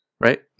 Right